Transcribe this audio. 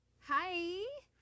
Hi